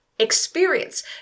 experience